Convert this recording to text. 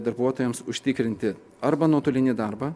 darbuotojams užtikrinti arba nuotolinį darbą